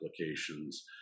applications